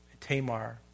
Tamar